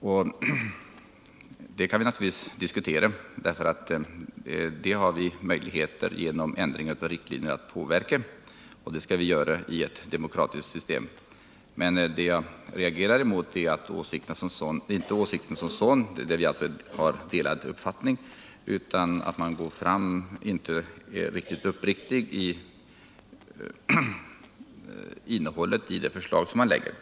Den frågan kan vi naturligtvis diskutera, och vi har möjligheter att i vårt demokratiska system påverka den saken genom ändringar av riktlinjerna. Men vad jag reagerar mot är inte att vi har delade uppfattningar utan att reservanterna inte är helt uppriktiga när det gäller innehållet i det förslag som de lägger fram.